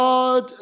God